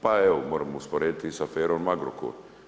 Pa evo, možemo usporediti i s aferom Agrokor.